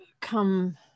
come